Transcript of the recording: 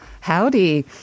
Howdy